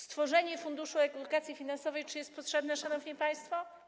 Stworzenie Funduszu Edukacji Finansowej czy jest potrzebne, szanowni państwo?